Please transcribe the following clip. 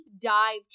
dive